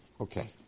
Okay